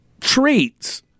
treats